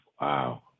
Wow